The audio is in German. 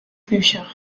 bücher